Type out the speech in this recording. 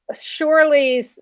surely